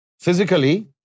physically